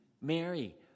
Mary